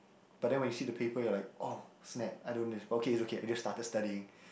but then when you see the paper you are like oh snap I don't know this okay it's okay I just started studying